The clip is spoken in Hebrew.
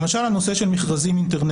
למשל, אתן דוגמה בנושא של מכרזים אינטרנטיים.